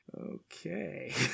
Okay